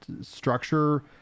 structure